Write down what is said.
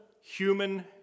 human